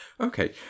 Okay